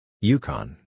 Yukon